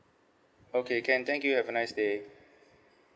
okay can thank you have a nice day